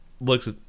looks